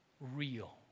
real